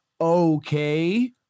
Okay